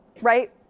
right